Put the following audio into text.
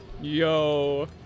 Yo